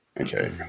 Okay